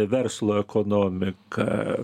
verslo ekonomika